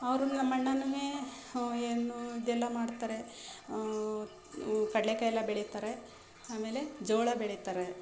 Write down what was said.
ಅವರು ನಮ್ಮಣ್ಣನು ಏನು ಇದೆಲ್ಲ ಮಾಡ್ತಾರೆ ಕಡ್ಲೆಕಾಯಿ ಎಲ್ಲ ಬೆಳೀತಾರೆ ಆಮೇಲೆ ಜೋಳ ಬೆಳೀತಾರೆ